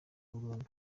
burundu